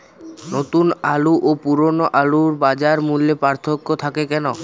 নতুন আলু ও পুরনো আলুর বাজার মূল্যে পার্থক্য থাকে কেন?